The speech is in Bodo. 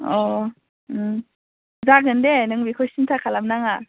अह जागोन दे नों बेखौ सिनथा खालाम नाङा